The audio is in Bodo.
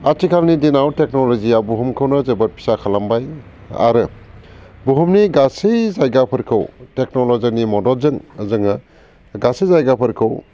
आथिखालनि दिनाव टेक्नलजिया बुहुमखौनो जोबोद फिसा खालामबाय आरो बुहुमनि गासै जायगाफोरखौ टेक्नलजिनि मददजों जोङो गासै जायगाफोरखौ